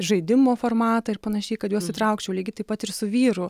žaidimo formatą ir panašiai kad juos įtraukčiau lygiai taip pat ir su vyru